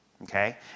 okay